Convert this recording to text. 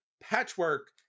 Patchwork